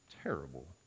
terrible